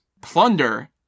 Plunder